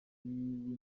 w’indirimbo